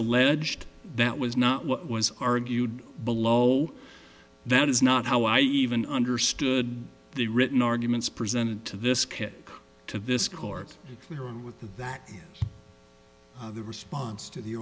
alleged that was not what was argued below that is not how i even understood the written arguments presented to this kit to this court here and with that the response to the